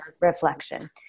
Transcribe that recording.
reflection